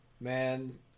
man